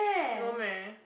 no meh